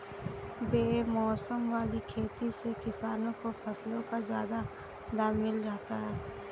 बेमौसम वाली खेती से किसानों को फसलों का ज्यादा दाम मिल जाता है